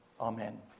Amen